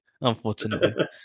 unfortunately